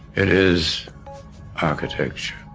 it is architecture.